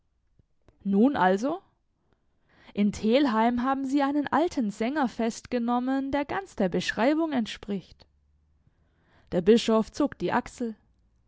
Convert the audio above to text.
nun also in telheim haben sie einen alten sänger festgenommen der ganz der beschreibung entspricht der bischof zuckt die achsel